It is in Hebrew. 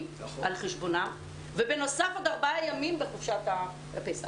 על חשבונם ובנוסף עוד ארבעה ימים בחופשת הפסח.